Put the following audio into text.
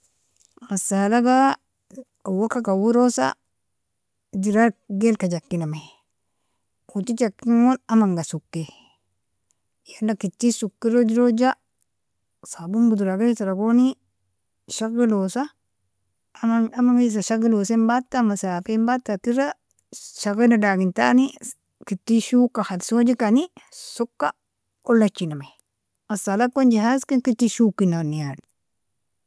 Gassalaga awalka kawerosa zerar gil jakinami, uoti jakingon amanga soki, yala keti soker idroja sabon bodraga edergoni shagelosa amanga idroja shagelosin bata masafen bata kera shageldagintani keti shoka khalsojkani soka olajinami, gassalkon jehazken keti shokinani yani.